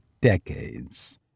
decades